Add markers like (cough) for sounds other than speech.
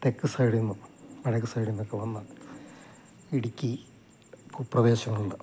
തെക്ക് സൈഡില് നിന്നും വടക്ക് സൈഡില് നിന്നൊക്കെ വന്ന് ഇടുക്കി (unintelligible)